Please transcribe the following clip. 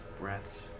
breaths